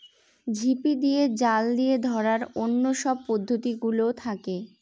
ঝিপি দিয়ে, জাল দিয়ে ধরার অন্য সব পদ্ধতি গুলোও থাকে